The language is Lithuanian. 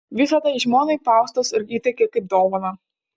visa tai žmonai faustas ir įteikė kaip dovaną